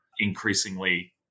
increasingly